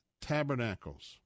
tabernacles